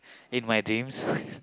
in my dreams